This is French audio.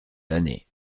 l’année